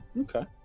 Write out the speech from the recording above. Okay